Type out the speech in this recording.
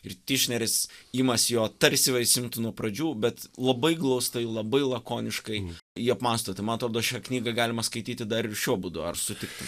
ir tišneris imasi jo tarsi va jis imtų nuo pradžių bet labai glaustai labai lakoniškai jį apmąsto tai man atrodo šią knygą galima skaityti dar ir šiuo būdu ar sutiktume